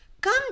Come